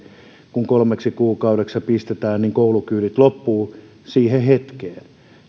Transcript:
kun kolmeksi kuukaudeksi se kielto pistetään niin koulukyydit loppuvat siihen hetkeen